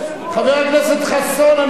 חבר הכנסת חסון,